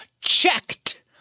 checked